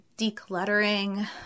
decluttering